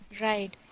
Right